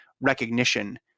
recognition